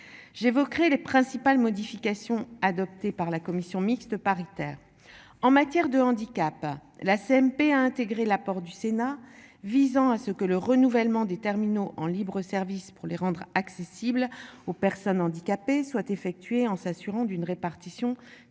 J'évoquerai les principales modifications adoptées par la commission mixte paritaire. En matière de handicap. La CMP a intégré l'apport du Sénat, visant à ce que le renouvellement des terminaux en libre-service pour les rendre accessibles aux personnes handicapées soient effectuées en s'assurant d'une répartition